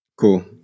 Cool